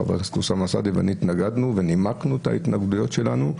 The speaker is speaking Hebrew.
חבר הכנסת אוסאמה סעדי ואני התנגדנו ונימקנו את ההתנגדויות שלנו,